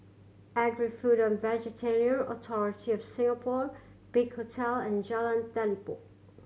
Agri Food and Veterinary Authority of Singapore Big Hotel and Jalan Telipok